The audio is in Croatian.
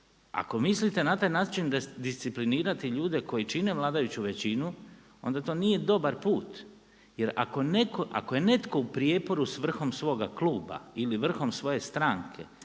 ako mislite na taj način disciplinirati ljude koji čine vladajuću većinu onda to nije dobar put. Jer ako je netko u prijeporu sa vrhom svoga kluba ili vrhom svoje stranke